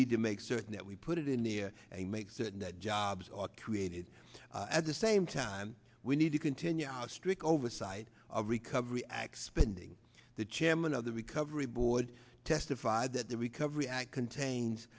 need to make certain that we put it in the a make certain that jobs are created at the same time we need to continue our strict oversight of recovery act spending the chairman of the recovery board testified that the recovery act contains